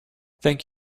thank